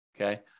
okay